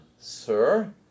Sir